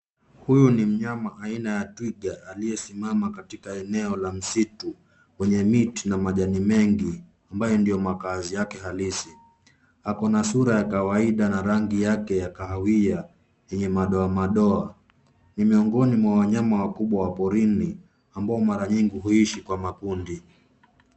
Huyu ni mnyama aina ya twiga aliyesimama katika eneo la msitu wenye miti na majani mengi ambayo ndiyo makazi yake halisi. Ako na sura ya kawaida na rangi yake ya kahawia yenye madoa madoa. Ni miongoni mwa wanyama wakubwa porini ambao mara nyingi huishi kwa makundi.